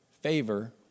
Favor